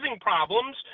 problems